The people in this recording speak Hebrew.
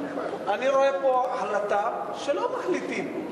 אני רואה פה החלטה שלא מחליטים.